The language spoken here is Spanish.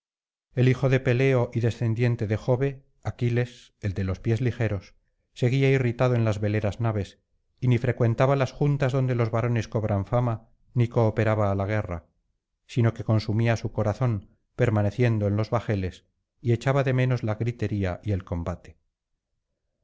el hijo de peleo y descendiente de jovc aquiles el de los pies ligeros seguía irritado en las veleras naves y ni frecuentaba las juntas donde los varones cobran fama ni cooperaba á la guerra sino que consumía su corazón permaneciendo en los bajeles y echaba de menos la gritería y el combate